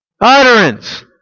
utterance